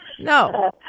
No